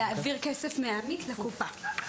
להעביר כסף מהעמית לקופה.